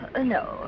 No